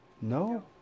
No